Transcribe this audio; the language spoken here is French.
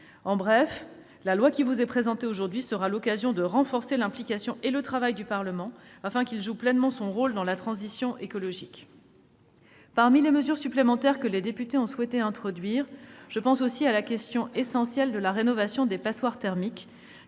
En bref, le texte qui vous est présenté aujourd'hui sera l'occasion de renforcer l'implication et le travail du Parlement, afin que celui-ci joue pleinement son rôle dans la transition écologique. Parmi les mesures supplémentaires que les députés ont souhaité introduire, je pense à la question essentielle de la rénovation des passoires thermiques